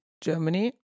Germany